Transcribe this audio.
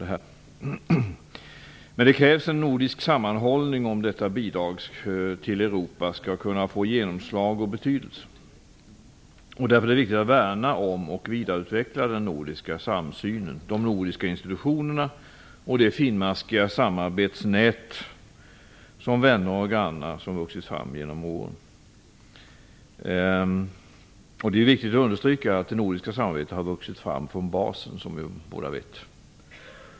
Det krävs en nordisk sammanhållning om detta bidrag till Europa skall kunna få genomslag och betydelse. Därför är det viktigt att värna om och vidareutveckla den nordiska samsynen, de nordiska institutionerna och det finmaskiga samarbetsnät mellan vänner och grannar som vuxit fram genom åren. Det är viktigt att understryka att det nordiska samarbetet har vuxit fram från basen, som vi båda vet.